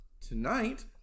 Tonight